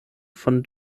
von